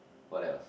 what else